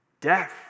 death